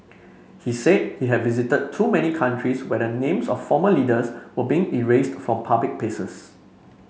he said he had visited too many countries where the names of former leaders were being erased from public places